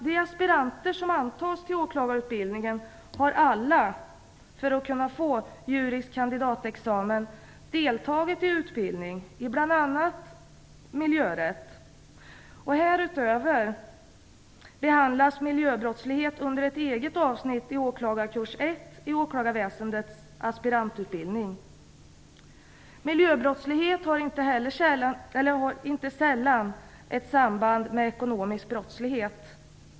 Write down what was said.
De aspiranter som antas till åklagarutbildningen har alla för att kunna få juris kandidatexamen deltagit i utbildning i bl.a. miljörätt. Härutöver behandlas miljöbrottslighet under ett eget avsnitt i åklagarkurs 1 i åklagarväsendets aspirantutbildning. Miljöbrottslighet har inte sällan ett samband med ekonomisk brottslighet.